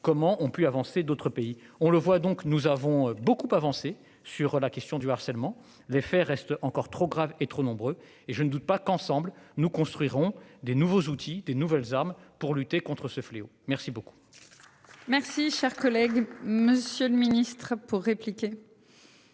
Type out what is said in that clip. comment ont pu avancer d'autres pays, on le voit, donc nous avons beaucoup avancé sur la question du harcèlement. Les faits reste encore trop grave et trop nombreux et je ne doute pas qu'ensemble nous construirons des nouveaux outils des nouvelles armes pour lutter contre ce fléau. Merci beaucoup. Merci, cher collègue, Monsieur le Ministre pour répliquer.